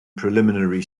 preliminary